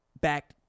back